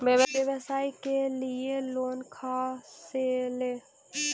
व्यवसाय के लिये लोन खा से ले?